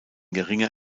geringer